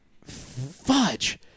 fudge